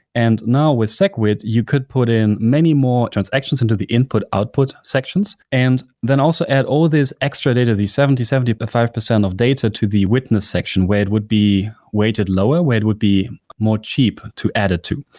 and now with segwit, you could put in many more transactions into the input-output sections and then also add all of these extra data, these seventy percent, seventy but five percent of data to the witness section where it would be weighted lower, where it would be more cheap to add it to.